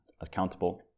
accountable